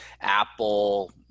Apple